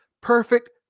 perfect